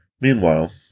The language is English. meanwhile